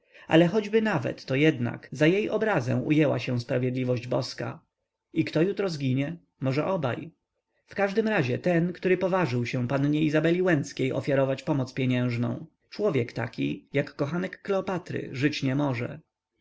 ale choćby nawet to jednak za jej obrazę ujęła się sprawiedliwość boska i kto jutro zginie może obaj w każdym razie ten który poważył się pannie izabeli łęckiej ofiarować pomoc pieniężną człowiek taki jak kochanek kleopatry żyć nie może